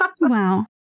Wow